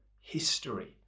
history